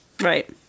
Right